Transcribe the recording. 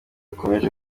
ikomeje